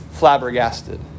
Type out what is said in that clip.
flabbergasted